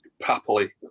happily